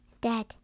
Dad